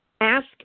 Ask